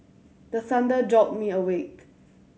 the thunder jolt me awake